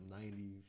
90s